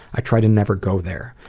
i try to never go there.